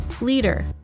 leader